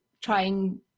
trying